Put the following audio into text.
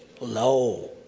low